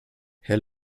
herr